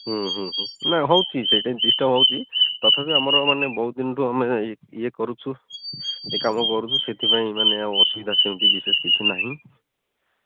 ହୁଁ ହୁଁ ହୁଁ ନା ବସୁଛି ସେଇଟା ଡିଷ୍ଟର୍ବ ହେଉଛି ତଥାପି ଆମର ବହୁତ ଦିନରୁ ଆମେ ଇଏ କରୁଛୁ ଏ କାମ କରୁଛୁ ସେଥିପାଇଁ ମାନେ ଅସୁବିଧା ସେମିତି ବିଶେଷ କିଛି ନାହିଁ